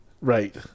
right